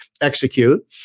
execute